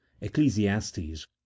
Ecclesiastes